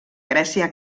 grècia